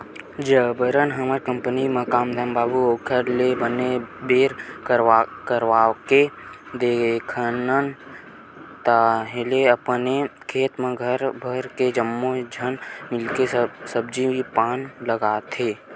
जबरन हमन कंपनी म कमाथन बाबू ओखर ले बने बोर करवाके देखथन ताहले अपने खेत म घर भर के जम्मो झन मिलके सब्जी पान लगातेन